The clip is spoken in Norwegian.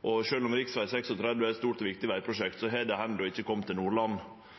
Sjølv om rv. 36 er eit stort og viktig vegprosjekt, har det endå ikkje kome til Nordland.